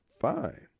fine